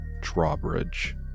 drawbridge